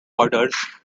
orders